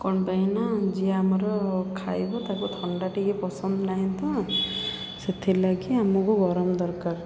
କ'ଣ ପାଇଁ ନା ଯିଏ ଆମର ଖାଇବ ତାକୁ ଥଣ୍ଡା ଟିକେ ପସନ୍ଦ ନାହିଁ ତ ସେଥିଲାଗି ଆମକୁ ଗରମ ଦରକାର